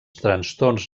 trastorns